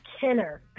Kenner